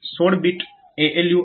અહીં 16 bit ALU આપવામાં આવ્યું છે